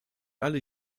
alle